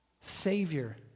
savior